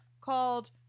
called